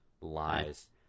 Lies